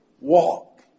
Walk